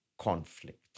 conflict